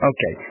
Okay